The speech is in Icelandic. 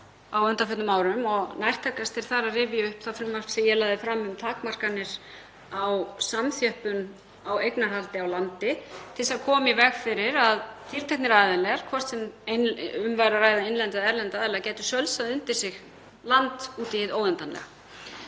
á undanförnum árum og nærtækast er að rifja upp það frumvarp sem ég lagði fram um takmarkanir á samþjöppun á eignarhaldi á landi til að koma í veg fyrir að tilteknir aðilar, hvort sem um væri að ræða innlenda eða erlenda aðila, gætu sölsað undir sig land út í hið óendanlega.